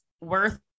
worth